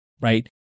right